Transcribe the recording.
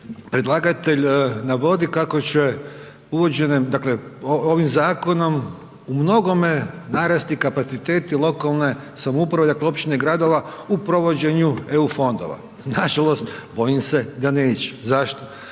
predlagatelj navodi kako će uvođenjem, dakle ovim zakonom u mnogome narasti kapaciteti lokalne samouprave, dakle općine i gradova u provođenju eu fondova. Nažalost, bojim se da neće. Zašto?